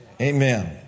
Amen